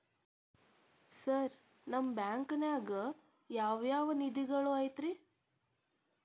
Sir ನಿಮ್ಮ ಬ್ಯಾಂಕನಾಗ ಯಾವ್ ಯಾವ ನಿಧಿಗಳು ಐತ್ರಿ?